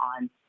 on